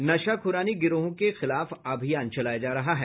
नशाख़रानी गिरोहों के खिलाफ अभियान चलाया जा रहा है